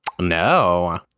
No